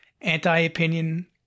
anti-opinion